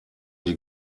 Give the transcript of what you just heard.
die